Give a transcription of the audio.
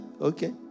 Okay